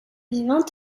vivants